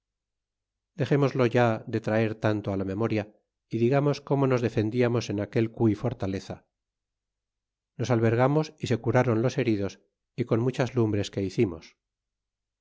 dexémoslo ya de traer tanto la memoria y digamos cómo nos defen diamos en aquel cu y fortaleza nos albergamos y se curáron los heridos y con muchas lumbres que hicimos